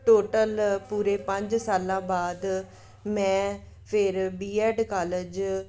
total ਪੂਰੇ ਪੰਜ ਸਾਲਾਂ ਬਾਅਦ ਮੈਂ ਫਿਰ ਬੀਐਡ ਕਾਲਜ